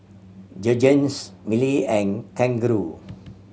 Jergens Mili and Kangaroo